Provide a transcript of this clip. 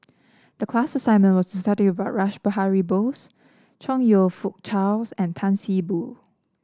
the class assignment was to study about Rash Behari Bose Chong You Fook Charles and Tan See Boo